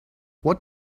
what